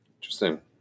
Interesting